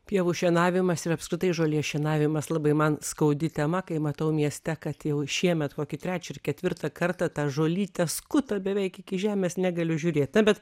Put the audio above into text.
pievų šienavimas ir apskritai žolės šienavimas labai man skaudi tema kai matau mieste kad jau šiemet kokį trečią ir ketvirtą kartą tą žolytę skuta beveik iki žemės negaliu žiūrėt na bet